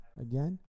again